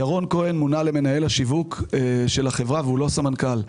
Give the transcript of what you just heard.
ירון כהן מונה למנהל השיווק של החברה והוא לא סמנכ"ל.